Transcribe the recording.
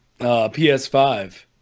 PS5